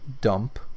dump